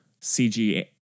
CG